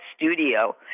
studio